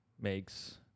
makes